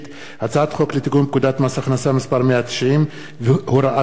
הצעת חוק לתיקון פקודת מס הכנסה (מס' 190 והוראת שעה),